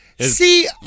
See